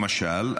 למשל,